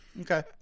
Okay